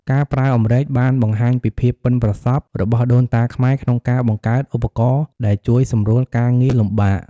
ការប្រើអម្រែកបានបង្ហាញពីភាពប៉ិនប្រសប់របស់ដូនតាខ្មែរក្នុងការបង្កើតឧបករណ៍ដែលជួយសម្រួលការងារលំបាក។